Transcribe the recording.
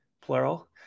plural